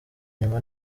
nyuma